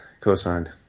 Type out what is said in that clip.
Co-signed